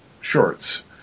shorts